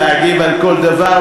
להגיב על כל דבר.